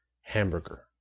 hamburger